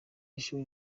ishuri